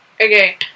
Okay